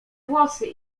włosy